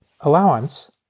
Allowance